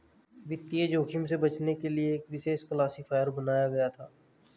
वित्तीय जोखिम से बचने के लिए एक विशेष क्लासिफ़ायर बनाया गया था